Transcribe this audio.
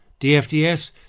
DFDS